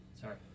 Sorry